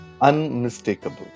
unmistakable